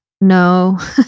No